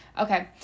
Okay